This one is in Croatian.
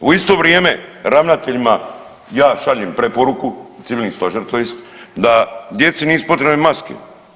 U isto vrijeme ravnateljima ja šaljem preporuku civilni stožer tj. da djeci nisu potrebne maske.